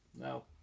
No